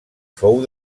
fou